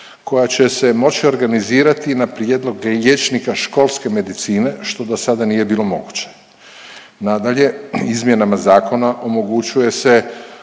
koja će se moći organizirati na prijedlog liječnika školske medicine što do sada nije bilo moguće. Nadalje izmjenama zakona omogućuje se